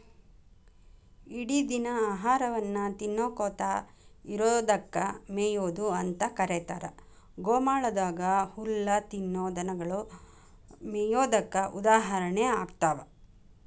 ಇಡಿದಿನ ಆಹಾರವನ್ನ ತಿನ್ನಕೋತ ಇರೋದಕ್ಕ ಮೇಯೊದು ಅಂತ ಕರೇತಾರ, ಗೋಮಾಳದಾಗ ಹುಲ್ಲ ತಿನ್ನೋ ದನಗೊಳು ಮೇಯೋದಕ್ಕ ಉದಾಹರಣೆ ಆಗ್ತಾವ